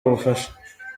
ubufasha